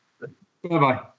Bye-bye